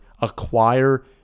acquire